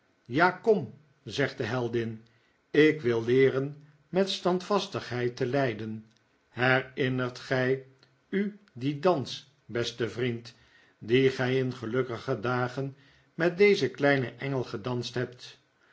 ja kom zegt de heldin ik wil leeren met standvastigheid te lijden herinnert gij u dien dans beste vriend dien gij in gelukkiger dagen met dezen kleinen engel gedanst hebt